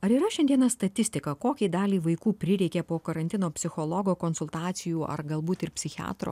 ar yra šiandieną statistika kokiai daliai vaikų prireikė po karantino psichologo konsultacijų ar galbūt ir psichiatro